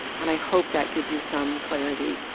and i hope that gives you some clarity.